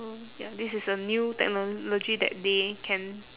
mm ya this is the new technology that they can